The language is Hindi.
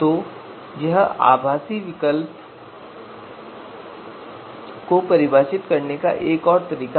तो यह आभासी विकल्पों को परिभाषित करने का एक और तरीका है